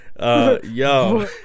Yo